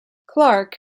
clark